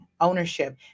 ownership